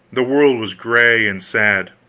the world was gray and sad,